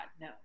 no